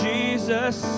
Jesus